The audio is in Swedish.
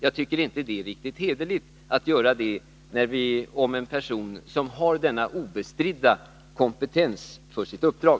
Jag tycker inte det är riktigt hederligt att göra det med en person som har denna obestridda kompetens för sitt uppdrag.